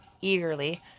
eagerly